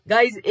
Guys